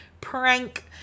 prank